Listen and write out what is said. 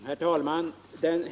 Herr talman!